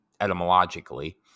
Etymologically